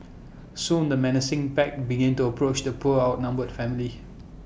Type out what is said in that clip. soon the menacing pack began to approach the poor outnumbered family